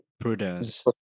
Prudence